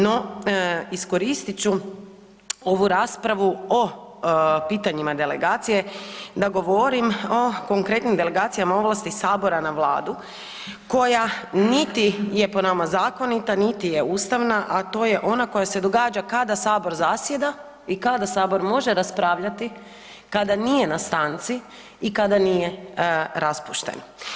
No iskoristit ću ovu raspravu o pitanjima delegacije da govorim o konkretnim delegacijama ovlasti sabora na vladu koja niti je po nama zakonita, niti je ustavna, a to je ona koja se događa kada sabor zasjeda i kada sabor može raspravljati kada nije na stanci i kada nije raspušten.